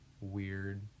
Weird